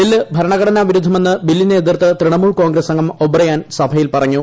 bill ഭരണഘടനാ വിരുദ്ധമെന്ന് ബില്ലിനെ എതിർത്ത് തൃണമൂൽ കോൺഗ്രസംഗം ഒബ്രയൻ സഭയിൽ പറഞ്ഞു